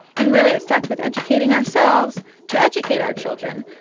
and really, it starts with educating ourselves to educate our children.